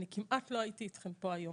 אני כמעט לא הייתי אתכם פה היום.